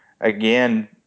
again